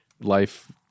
life